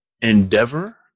endeavor